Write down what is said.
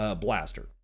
Blaster